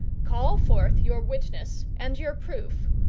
call forth your witness and your proof,